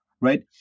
right